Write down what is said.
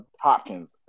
Hopkins